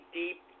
deep